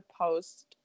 post